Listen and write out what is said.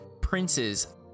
Princes